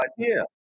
idea